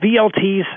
VLTs